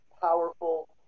powerful